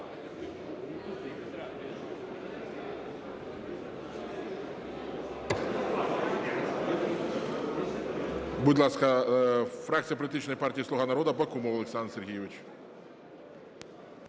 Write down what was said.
Будь ласка, фракція Політичної партії "Слуга народу" Бакумов Олександр Сергійович.